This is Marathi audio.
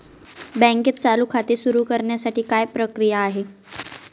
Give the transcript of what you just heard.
बँकेत चालू खाते सुरु करण्यासाठी काय प्रक्रिया आहे?